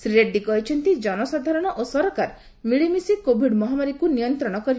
ଶ୍ରୀ ରେଡ୍ରୀ କହିଛନ୍ତି ଜନସାଧାରଣ ଓ ସରକାର ମିଳିମିଶି କୋଭିଡ ମହାମାରୀକୁ ନିୟନ୍ତ୍ରଣ କରିପାରିବେ